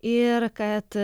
ir kad